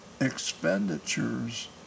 expenditures